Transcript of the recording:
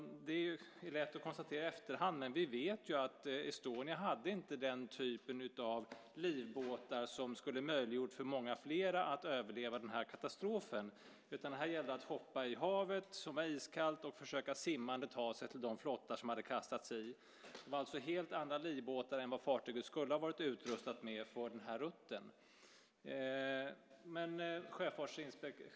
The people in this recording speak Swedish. Det är lätt att konstatera i efterhand, men vi vet ju att Estonia inte hade den typ av livbåtar som skulle ha möjliggjort för många fler att överleva katastrofen. Här gällde det att hoppa i havet, som var iskallt, och simmande försöka ta sig till de flottar som hade kastats i. Det var alltså helt andra livbåtar än vad fartyget skulle ha varit utrustat med på den här rutten.